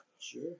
Sure